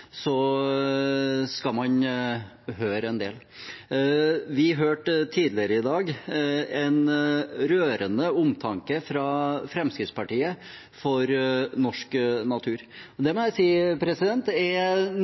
skal man høre en del. Vi hørte tidligere i dag en rørende omtanke fra Fremskrittspartiet for norsk natur. Det må jeg si er